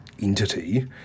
entity